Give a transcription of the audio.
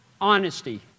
honesty